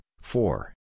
four